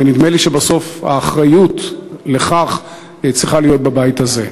ונדמה לי שבסוף האחריות לכך צריכה להיות בבית הזה.